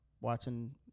watching